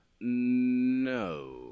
No